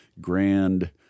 grand